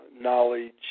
knowledge